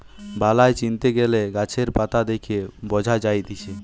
বালাই চিনতে গ্যালে গাছের পাতা দেখে বঝা যায়তিছে